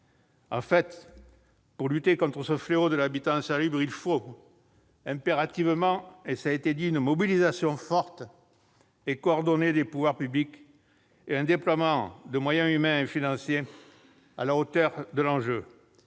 En fait, pour lutter contre le fléau de l'habitat insalubre, il faut impérativement une mobilisation forte et coordonnée des pouvoirs publics, ainsi qu'un déploiement de moyens humains et financiers à la hauteur de l'enjeu.